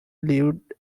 lived